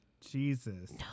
Jesus